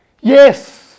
Yes